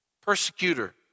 persecutor